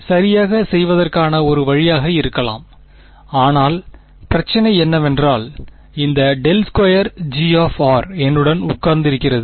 எனவே அதைச் சரியாகச் செய்வதற்கான ஒரு வழியாக இருக்கலாம் ஆனால் பிரச்சனை என்னவென்றால் இந்த ∇2G என்னுடன் உட்கார்ந்துருக்கிறது